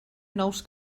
nous